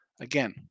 again